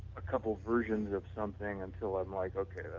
a couple versions of something until unlike okay,